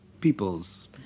Peoples